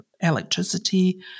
electricity